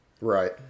Right